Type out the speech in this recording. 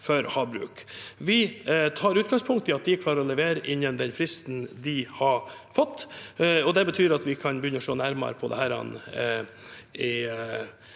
Vi tar utgangspunkt i at de klarer å levere innen den fristen de har fått, og det betyr at vi kan begynne å se nærmere på dette i